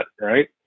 right